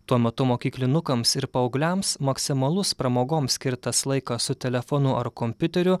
tuo metu mokyklinukams ir paaugliams maksimalus pramogoms skirtas laikas su telefonu ar kompiuteriu